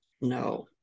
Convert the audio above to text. No